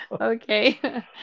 Okay